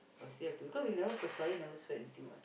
but still have to because you never perspire never sweat anything what